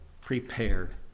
prepared